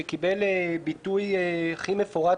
שקיבל את הביטוי הכי מפורט,